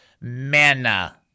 manna